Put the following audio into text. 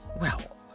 Well